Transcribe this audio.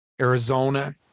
Arizona